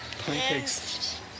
Pancakes